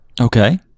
okay